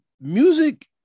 music